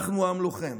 אנחנו עם לוחם.